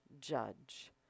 judge